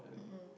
mm